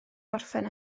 gorffen